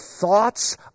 thoughts